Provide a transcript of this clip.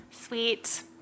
Sweet